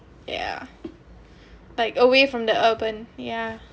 ya like away from the urban yeah